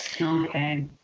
Okay